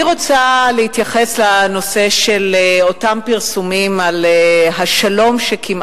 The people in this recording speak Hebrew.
אני רוצה להתייחס לנושא של אותם פרסומים על השלום-שכמעט-שהיה.